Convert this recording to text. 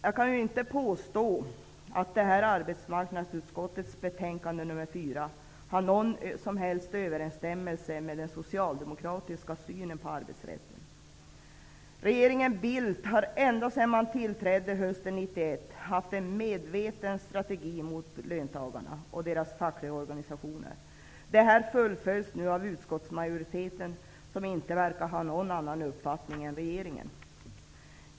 Jag kan inte påstå att arbetsmarknadsutskottets betänkande nr 4 har någon som helst överensstämmelse med den socialdemokratiska synen på arbetsrätten. Regeringen Bildt har ända sedan den tillträdde hösten 1991 haft en medveten strategi mot löntagarna och deras fackliga organisationer. Denna strategi fullföljs nu av utskottsmajoriteten, som inte verkar ha någon annan uppfattning än regeringen.